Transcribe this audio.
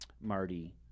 Marty